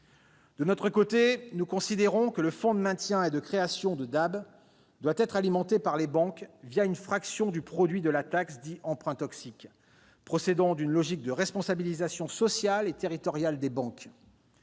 De notre côté, nous considérons que le fonds de maintien et de création de DAB doit être alimenté par les banques, une fraction du produit de la taxe dite « emprunts toxiques », procédant d'une logique de responsabilisation sociale et territoriale des banques.